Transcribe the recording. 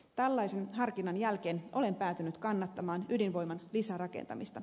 tällaisen harkinnan jälkeen olen päätynyt kannattamaan ydinvoiman lisärakentamista